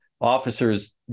officers